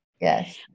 Yes